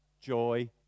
joy